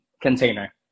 container